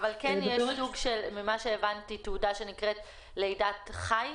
ממה יש תעודה שנקראת לידת חי,